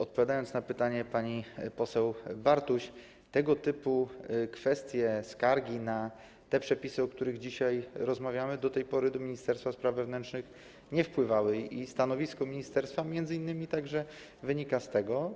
Odpowiadając na pytanie pani poseł Bartuś, powiem, że tego typu kwestie, skargi na te przepisy, o których dzisiaj rozmawiamy, do tej pory do ministerstwa spraw wewnętrznych nie wpływały i stanowisko ministerstwa wynika także z tego.